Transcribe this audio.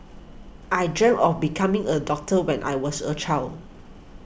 I dreamt of becoming a doctor when I was a child